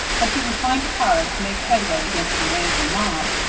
but he would find it hard to make headway against an angry mob.